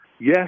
yes